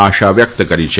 આશા વ્યક્ત કરી છે